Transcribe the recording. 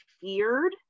feared